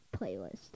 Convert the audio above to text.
playlist